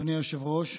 אדוני היושב-ראש,